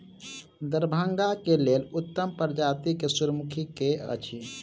दरभंगा केँ लेल उत्तम प्रजाति केँ सूर्यमुखी केँ अछि?